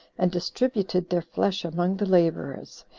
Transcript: and distributed their flesh among the laborers,